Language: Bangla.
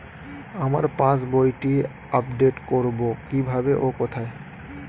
আমার পাস বইটি আপ্ডেট কোরবো কীভাবে ও কোথায়?